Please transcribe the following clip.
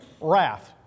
wrath